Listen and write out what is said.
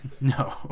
no